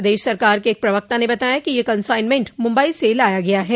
प्रदश सरकार के एक प्रवक्ता ने बताया कि यह कंसाइनमेंट मुंबई से लाया गया है